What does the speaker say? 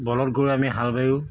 বলধ গৰুৰে আমি হাল বায়ো